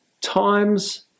Times